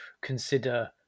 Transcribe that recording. consider